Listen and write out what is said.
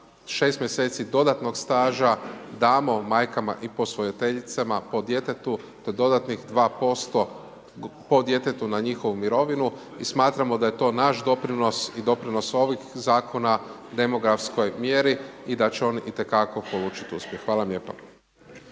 da 6 mjeseci dodatnog staža damo majkama i posvojiteljicama po djetetu, te dodatnih 2% po djetetu na njihovu mirovinu, i smatramo da je to naš doprinos i doprinos ovih Zakona, demografskoj mjeri i da će on itekako polučiti uspjeh. Hvala vam lijepa.